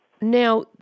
Now